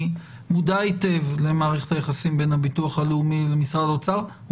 אני מודע היטב למערכת היחסים בין הביטוח הלאומי למשרד האוצר.